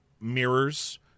mirrors